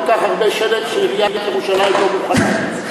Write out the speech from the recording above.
כך הרבה שלג כשעיריית ירושלים לא מוכנה.